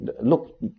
Look